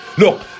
Look